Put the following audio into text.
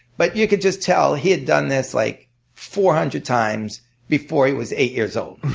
but you could just tell he had done this like four hundred times before he was eight years old.